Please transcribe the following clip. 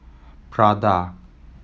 Prada